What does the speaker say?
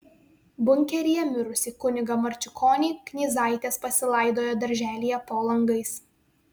bunkeryje mirusį kunigą marčiukonį knyzaitės pasilaidojo darželyje po langais